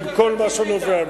עם כל מה שנובע מזה.